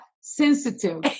sensitive